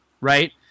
right